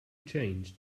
changed